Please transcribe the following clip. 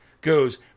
goes